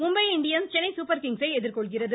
Mumbai Indians Chennai super kings ஐ எதிர்கொள்கிறது